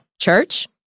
Church